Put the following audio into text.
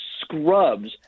scrubs